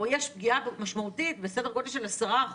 או יש בו פגיעה משמעותית בסדר גודל של 10%,